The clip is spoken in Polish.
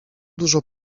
dużo